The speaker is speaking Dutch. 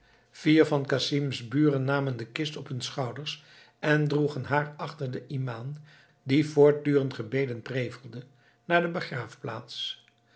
vier van casim's buren namen de kist op hun schouders en droegen haar achter den imam die voortdurend gebeden prevelde naar de begraafplaats